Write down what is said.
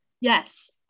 yes